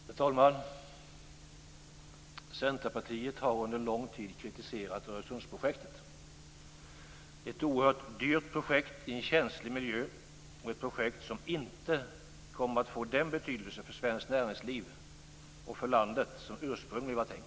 Herr talman! Centerpartiet har under lång tid kritiserat Öresundsprojektet, ett oerhört dyrt projekt i en känslig miljö och ett projekt som inte kommer att få den betydelse för svenskt näringsliv och för landet som ursprungligen var tänkt.